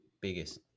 biggest